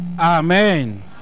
Amen